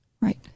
Right